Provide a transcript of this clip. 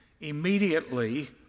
Immediately